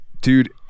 dude